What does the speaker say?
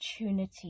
opportunity